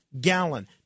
gallon